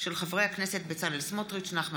התשע"ח 2018, מאת חברי הכנסת מרב מיכאלי,